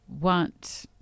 want